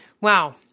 Wow